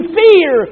fear